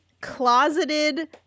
closeted